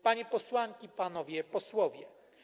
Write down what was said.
Panie Posłanki i Panowie Posłowie!